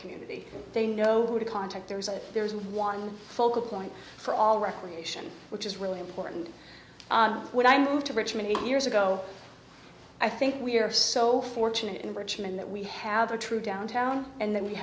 community they know who to contact there's a there's one focal point for all recreation which is really important when i moved to richmond years ago i think we're so fortunate in richmond that we have a true downtown and then we